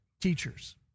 teachers